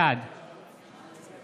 בעד